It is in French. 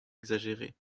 exagéré